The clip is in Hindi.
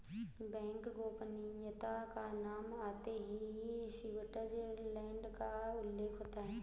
बैंक गोपनीयता का नाम आते ही स्विटजरलैण्ड का उल्लेख होता हैं